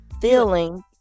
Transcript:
feeling